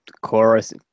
chorus